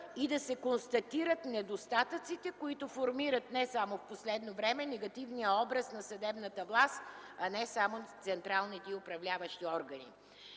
и да се констатират недостатъците, които формират не само в последно време негативния образ на съдебната власт, не само на централните й управляващи органи.